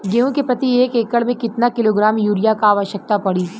गेहूँ के प्रति एक एकड़ में कितना किलोग्राम युरिया क आवश्यकता पड़ी?